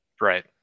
Right